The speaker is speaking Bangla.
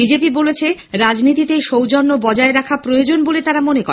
বিজেপি বলেছে রাজনীতিতে সৌজন্য বজায় রাখা প্রয়োজন বলে তারা মনে করে